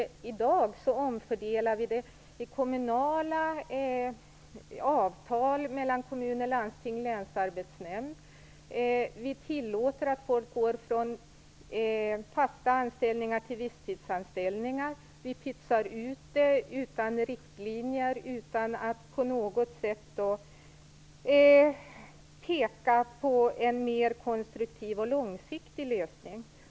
I dag omfördelar vi genom kommunala avtal mellan kommuner, landsting och länsarbetsnämnd. Vi tillåter att människor går från fasta anställningar till visstidsanställningar. Vi pytsar ut medel utan riktlinjer och utan att på något sätt ange en mer konstruktiv och långsiktig lösning.